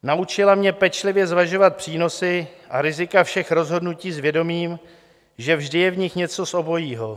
Naučila mě pečlivě zvažovat přínosy a rizika všech rozhodnutí s vědomím, že vždy je v nich něco z obojí.